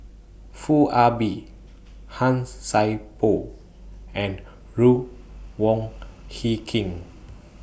Foo Ah Bee Han Sai Por and Ruth Wong Hie King